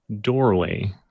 doorway